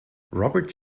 robert